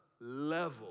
level